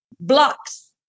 blocks